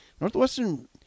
Northwestern